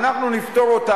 ואז כינסנו בדחיפות,